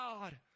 God